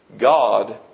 God